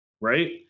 right